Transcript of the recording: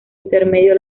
intermedio